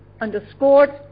underscored